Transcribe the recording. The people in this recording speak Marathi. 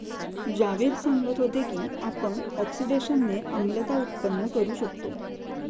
जावेद सांगत होते की आपण ऑक्सिडेशनने आम्लता उत्पन्न करू शकतो